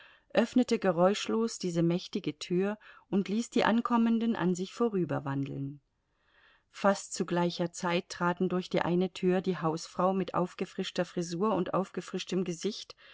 öffnete geräuschlos diese mächtige tür und ließ die ankommenden an sich vorüberwandeln fast zu gleicher zeit traten durch die eine tür die hausfrau mit aufgefrischter frisur und aufgefrischtem gesicht